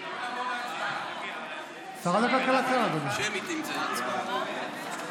איזה ברדק בממשלה הזאת, איזה ברדק.